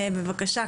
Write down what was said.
בבקשה,